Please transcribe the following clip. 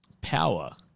Power